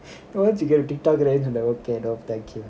tik tok ல வந்து பயப்படறானு பார்க்கியோ:la vanthu payapadararu paarkiyo